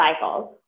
cycles